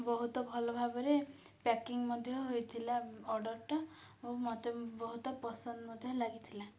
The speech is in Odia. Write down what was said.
ବହୁତ ଭଲ ଭାବରେ ପ୍ୟାକିଂ ମଧ୍ୟ ହୋଇଥିଲା ଅର୍ଡ଼ର୍ଟା ଓ ମୋତେ ବହୁତ ପସନ୍ଦ ମଧ୍ୟ ଲାଗିଥିଲା